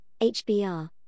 hbr